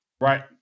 Right